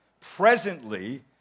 presently